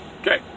Okay